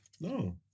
No